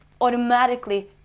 automatically